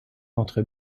entre